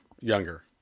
younger